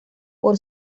por